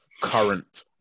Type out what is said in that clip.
current